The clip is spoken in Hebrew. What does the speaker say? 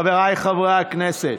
חבריי חברי הכנסת,